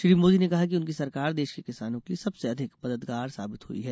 श्री मोदी ने कहा कि उनकी सरकार देश के किसानों के लिए सबसे अधिक मददगार साबित हुई है